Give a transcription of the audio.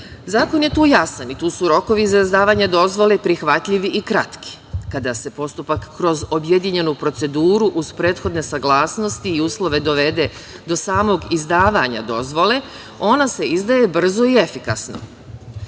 Zakon je tu jasan i tu su rokovi za izdavanje dozvole prihvatljivi i kratki. Kada se postupak kroz objedinjenu proceduru, uz prethodne saglasnosti i uslove dovede do samog izdavanja dozvole, ona se izdaje brzo i efikasno.Međutim,